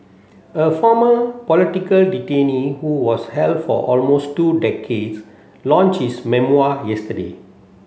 a former political detainee who was held for almost two decades launch his memoir yesterday